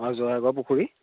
অঁ জয়াগৰ পুখুৰী